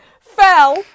fell